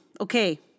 Okay